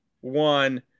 one